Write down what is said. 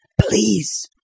please